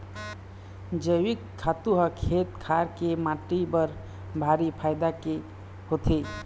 जइविक खातू ह खेत खार के माटी बर भारी फायदा के होथे